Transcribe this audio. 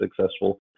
successful